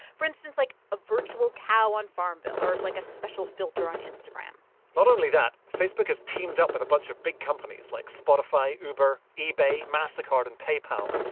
for instance, like a virtual cow on farmville or, like, a special filter on instagram not only that, facebook has teamed up with a bunch of big companies, like spotify, uber, ebay, mastercard and paypal.